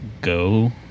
go